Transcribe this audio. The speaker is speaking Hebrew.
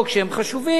שהם חשובים,